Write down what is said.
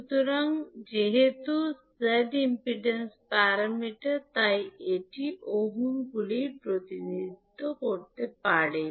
সুতরাং যেহেতু z impedance parameter তাই এটি ওহমগুলিতে প্রতিনিধিত্ব করা হবে